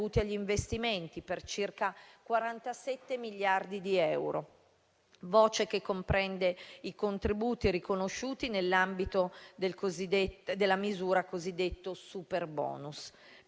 agli investimenti per circa 47 miliardi di euro, voce che comprende i contributi riconosciuti nell'ambito della misura cosiddetta superbonus.